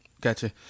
gotcha